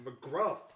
McGruff